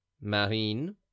Marine